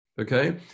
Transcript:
Okay